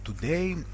Today